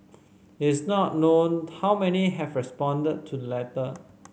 it is not known how many have responded to letter